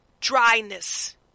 dryness